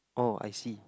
oh I see